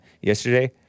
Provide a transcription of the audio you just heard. yesterday